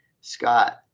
Scott